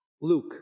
Luke